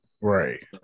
Right